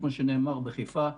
כמו שנאמר בחיפה,